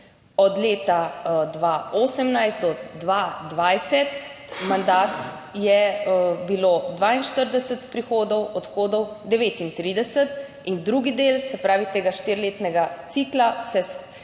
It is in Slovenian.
Od leta 2018 do 2020 mandat je bilo 42 prihodov, odhodov 39 in drugi del, se pravi tega štiriletnega cikla,